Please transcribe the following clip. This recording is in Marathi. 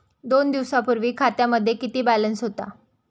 दोन दिवसांपूर्वी खात्यामध्ये किती बॅलन्स होता?